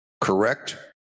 Correct